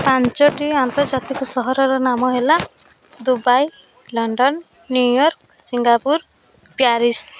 ପାଞ୍ଚଟି ଆନ୍ତର୍ଜାତିକ ସହରର ନାମ ହେଲା Dubai London New York Singapore Paris